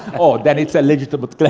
oh, then it's a legitimate.